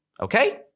okay